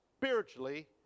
spiritually